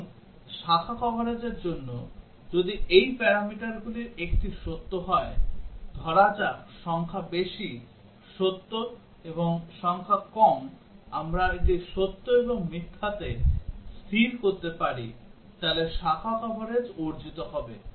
এখন শাখা কভারেজের জন্য যদি এই প্যারামিটারগুলির একটি সত্য হয় ধরা যাক সংখ্যা বেশি সত্য এবং সংখ্যা কম আমরা এটি সত্য এবং মিথ্যাতে স্থির করতে পারি তাহলে শাখা কভারেজ অর্জিত হবে